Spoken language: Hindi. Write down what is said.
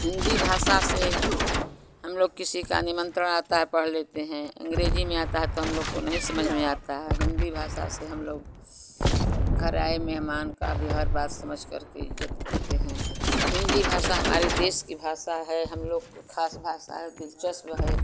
हिन्दी भाषा से हम लोग किसी का निमंत्रण आता है पढ़ लेते हैं अंग्रेजी में आता है तो हम लोग को नहीं समझ में आता है हिन्दी भाषा से हम लोग घर आए मेहमान का भी हर बात समझ करके इज्जत करते हैं हिन्दी भाषा हमारे देश की भाषा है हम लोग को खास भाषा है और दिलचस्प है